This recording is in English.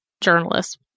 journalists